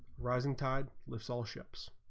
rising tide lifts all ships